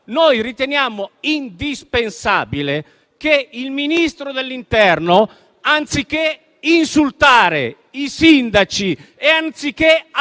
noi riteniamo indispensabile che il Ministro dell'interno, anziché insultare i sindaci e attaccare